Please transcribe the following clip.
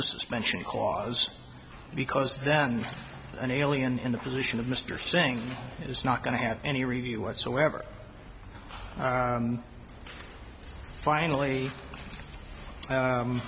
the suspension clause because then an alien in the position of mr singh is not going to have any review whatsoever finally